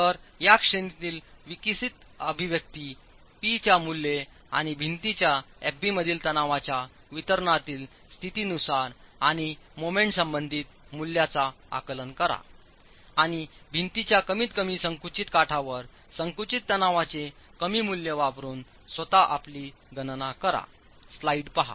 तर या श्रेणीतील विकसित अभिव्यक्ती P च्या मूल्ये आणि भिंतीच्याFbमधील तणावाच्या वितरणातील स्थितीनुसार आणि मोमेंट संबंधित मूल्यांचाआकलनकरा आणि भिंतीच्या कमीतकमी संकुचित काठावर संकुचित तणावाचे कमी मूल्येवापरून स्वतः आपली गणना करा